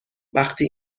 وقتی